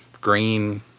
green